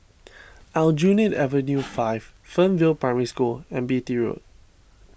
Aljunied Avenue five Fernvale Primary School and Beatty Road